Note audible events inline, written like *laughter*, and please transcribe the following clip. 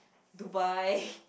Dubai *laughs*